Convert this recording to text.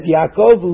Yaakov